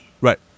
Right